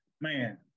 Man